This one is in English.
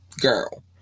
girl